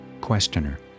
Questioner